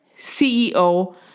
CEO